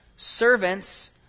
Servants